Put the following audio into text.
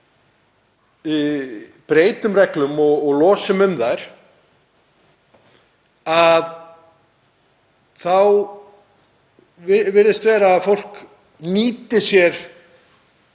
breytum reglum og losum um þær þá virðist vera að fólk nýti sér